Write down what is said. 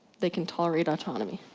they can tolerate autonomy.